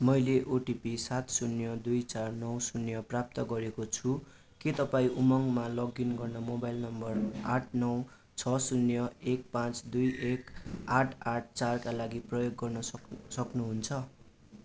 मैले ओटिपी सात शून्य दुई चार नौ शून्य प्राप्त गरेको छु के तपाईँँ उमङ्गमा लगइन गर्न मोबाइल नम्बर आठ नौ छ शून्य एक पाँच दुई एक आठ आठ चारका लागि प्रयोग गर्न सक्नु सक्नुहुन्छ